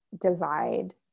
divide